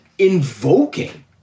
invoking